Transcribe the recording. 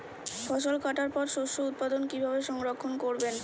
ফসল কাটার পর শস্য উৎপাদন কিভাবে সংরক্ষণ করবেন?